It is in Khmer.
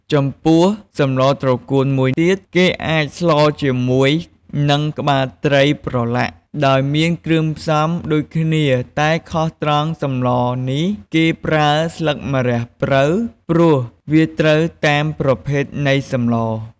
ចំពោះសម្លត្រកួនមួយទៀត គេអាចស្លជាមួយនឹងក្បាលត្រីប្រឡាក់ ដោយមានគ្រឿងផ្សំដូចគ្នាតែខុសត្រង់សម្លនេះគេប្រើស្លឹកម្រះព្រៅ ព្រោះវាត្រូវតាមប្រភេទនៃសម្ល។